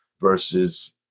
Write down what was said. versus